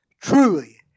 truly